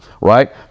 Right